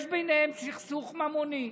יש ביניהם סכסוך ממוני,